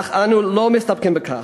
אך אנו לא מסתפקים בכך,